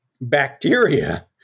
bacteria